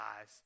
eyes